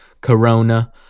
corona